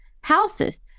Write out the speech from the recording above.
houses